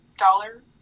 dollar